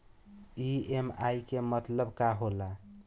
EMI के मतलब का होला?